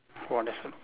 one person